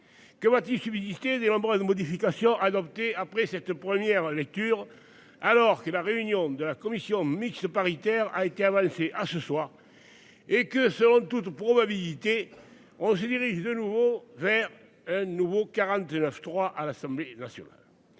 Que va-t-il subsister de nombreuses modifications adoptées après cette première lecture alors que la réunion de la commission mixte paritaire a été avancée à ce soir. Et que selon toute probabilité on se dirige, de nouveau, vers un nouveau 49.3 à l'Assemblée nationale.